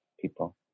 people